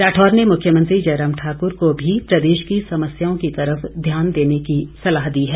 राठौर ने मुख्यमंत्री जयराम ठाकुर को भी प्रदेश की समस्याओं की तरफ ध्यान देने की सलाह दी है